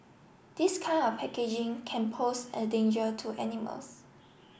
this kind of packaging can pose a danger to animals